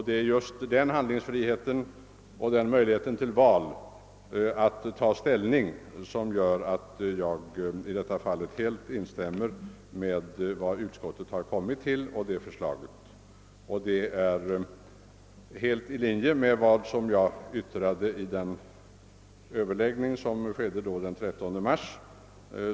Det är just denna handlingsfrihet, denna möjlighet att ta ställning, som gör att jag i detta fall i alla delar instämmer i utskottets förslag, vilket är helt i linje med vad jag yttrade vid överläggningen den 13 mars.